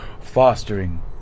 fostering